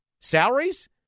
Salaries